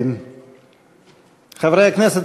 חברי הכנסת,